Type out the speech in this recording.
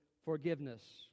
forgiveness